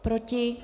Proti?